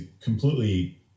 completely